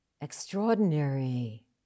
extraordinary